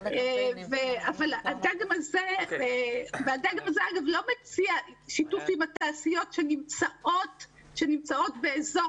הדגם הזה לא מציע שיתוף עם התעשיות שנמצאות באזור